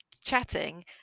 chatting